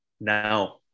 Now